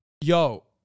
Yo